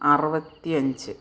അറുപത്തിഅഞ്ച്